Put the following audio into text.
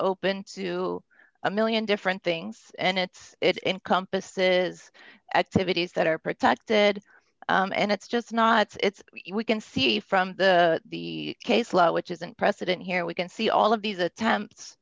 open to a one million different things and it's it encompasses activities that are protected and it's just not it's we can see from the case law which isn't precedent here we can see all of these attempts